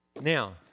Now